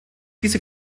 diese